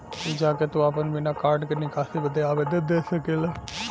जा के तू आपन बिना कार्ड के निकासी बदे आवेदन दे सकेला